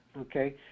Okay